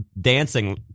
dancing